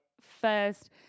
first